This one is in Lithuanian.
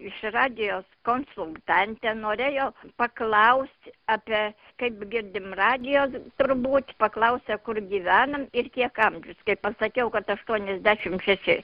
iš radijos konsultantė norėjo paklaust apie kaip girdim radijo turbūt paklausė kur gyvenam ir kiek amžius kai pasakiau kad aštuoniasdešimt šeši